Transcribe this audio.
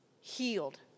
healed